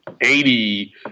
eighty